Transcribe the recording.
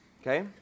okay